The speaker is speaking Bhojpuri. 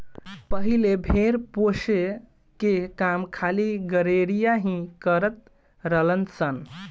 पहिले भेड़ पोसे के काम खाली गरेड़िया ही करत रलन सन